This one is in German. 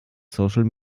social